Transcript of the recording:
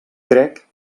crec